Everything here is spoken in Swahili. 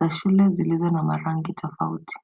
za shule zilizo na marangi tofauti.